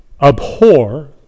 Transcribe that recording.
Abhor